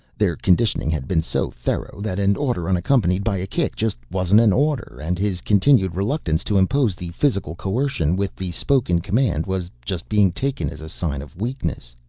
their conditioning had been so thorough that an order unaccompanied by a kick just wasn't an order and his continued reluctance to impose the physical coercion with the spoken command was just being taken as a sign of weakness.